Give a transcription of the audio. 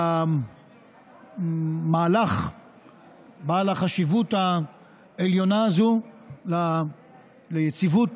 שהמהלך בעל החשיבות העליונה הזו ליציבות,